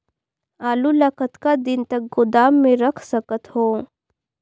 आलू ल कतका दिन तक गोदाम मे रख सकथ हों?